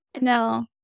no